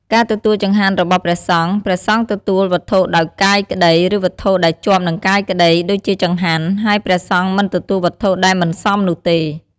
ការទទួលចង្ហាន់របស់ព្រះសង្ឃ ព្រះសង្ឃទទួលវត្ថុដោយកាយក្តី ឬវត្ថុដែលជាប់នឹងកាយក្តី ដូចជាចង្ហាន់ ហើយព្រះសង្ឃមិនទទួលវត្ថុដែលមិនសមនោះទេ។